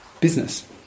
business